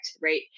Right